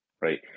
right